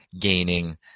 gaining